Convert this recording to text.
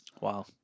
Wow